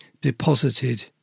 deposited